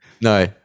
No